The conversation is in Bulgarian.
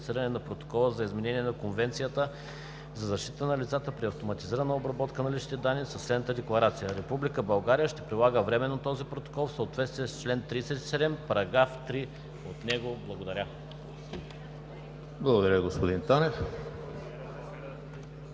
на Протокола за изменение на Конвенцията за защита на лицата при автоматизираната обработка на лични данни със следната декларация: „Република България ще прилага временно този Протокол в съответствие с член 37, параграф 3 от него.“ Благодаря. ПРЕДСЕДАТЕЛ